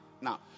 now